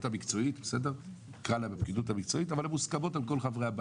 המקצועית אבל הן מוסכמות על כל חברי הבית,